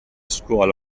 scuola